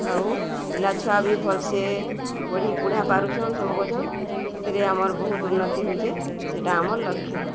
ଆଉ ପିଲାଛୁଆ ବି ଭଲରେ ପଢ଼ି ପୁଢ଼ା ପାରୁଛନ୍ତି ସବୁ କରୁଛନ୍ତି ସେଥିରେ ଆମର ବହୁତ ଉନ୍ନତି ହଉଛି ସେଟା ଆମର ଲକ୍ଷ୍ୟ